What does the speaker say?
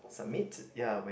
summit ya when